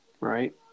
Right